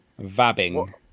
Vabbing